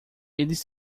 eles